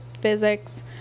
physics